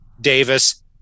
Davis